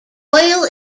oil